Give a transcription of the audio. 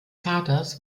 vaters